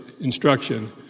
instruction